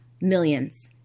millions